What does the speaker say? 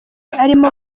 arimo